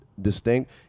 distinct